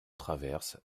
traverses